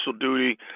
duty